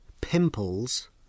Pimples